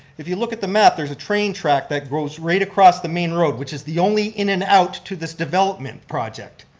if you look at the map, there's a train track that goes right across the main road, which is the only in and out to this development project.